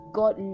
god